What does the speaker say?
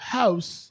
house